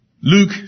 Luke